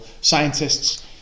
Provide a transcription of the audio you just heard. scientists